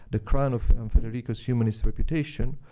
the crown of and federico's humanist reputation,